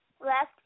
left